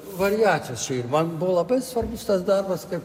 variacijos man buvo labai svarbus tas darbas kad